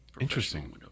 interesting